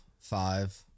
five